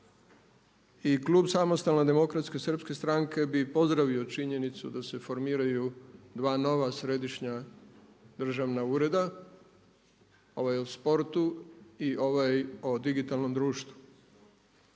i klub Samostalne demokratske srpske stranke bi pozdravio činjenicu da se formiraju dva nova središnja državna ureda, ovaj o sportu i ovaj o digitalnom društvu.